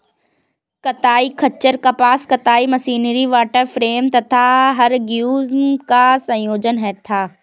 कताई खच्चर कपास कताई मशीनरी वॉटर फ्रेम तथा हरग्रीव्स का संयोजन था